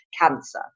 cancer